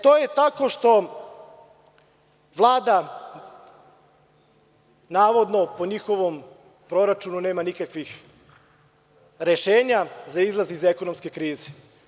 To je tako što Vlada, navodno, po njihovom proračunu, nema nikakvih rešenja za izlaz iz ekonomske krize.